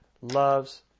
loves